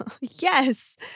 Yes